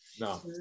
no